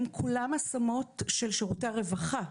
הם כולם השמות של שירותי הרווחה.